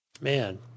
Man